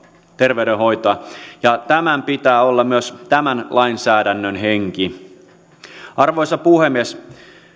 terveydenhoitoa ja tämän pitää olla myös tämän lainsäädännön henki arvoisa puhemies